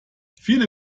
viele